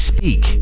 Speak